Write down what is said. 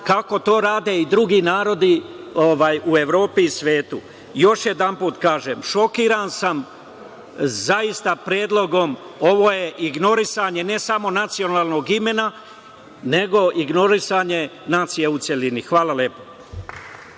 kako to rade i drugi narodi u Evropi i svetu. Još jedanput kažem, zaista sam šokiran predlogom. Ovo je ignorisanje ne samo nacionalnog imena, nego ignorisanje nacije u celini. Hvala lepo.